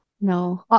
No